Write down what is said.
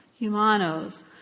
Humanos